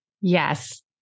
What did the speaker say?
Yes